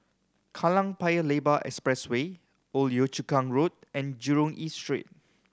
Kallang Paya Lebar Expressway Old Yio Chu Kang Road and Jurong East Street